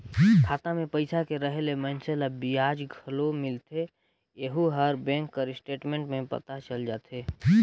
खाता मे पइसा के रहें ले मइनसे ल बियाज घलो मिलथें येहू हर बेंक स्टेटमेंट में पता चल जाथे